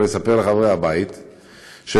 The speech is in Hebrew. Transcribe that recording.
ולספר לחברי הבית שלאחרונה,